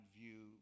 view